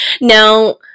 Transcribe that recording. now